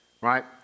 right